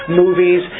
movies